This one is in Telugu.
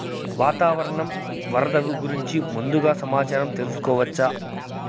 వాతావరణం వరదలు గురించి ముందుగా సమాచారం తెలుసుకోవచ్చా?